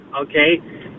okay